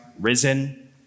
risen